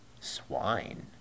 swine